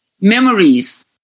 memories